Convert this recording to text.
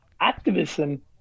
activism